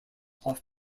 off